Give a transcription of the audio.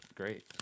great